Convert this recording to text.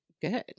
good